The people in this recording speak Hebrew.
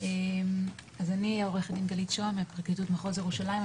אני עו"ד גלית שוהם מפרקליטות מחוז ירושלים,